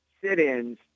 sit-ins